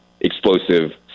explosive